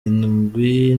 indwi